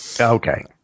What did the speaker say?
Okay